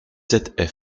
sept